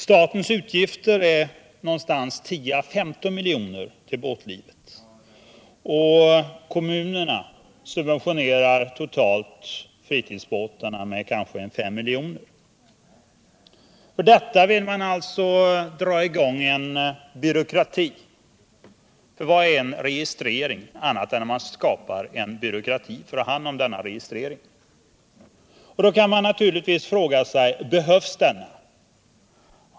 Statens utgifter för båtlivet är 10-15 miljoner, och kommunerna subventionerar fritidsbåtarna med kanske 5 miljoner totalt. För detta vill man alltså dra i gång en byråkrati. Vad innebär en registrering annat än att det skapas en byråkrati för att ha hand om registreringen? Man kan naturligtvis fråga sig: Behövs den?